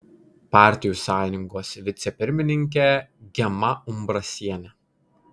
partijų sąjungos vicepirmininkė gema umbrasienė